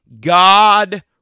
God